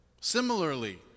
similarly